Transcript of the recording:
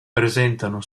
presentano